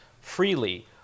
freely